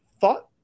thought